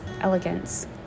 elegance